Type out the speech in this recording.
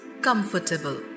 comfortable